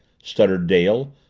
stuttered dale,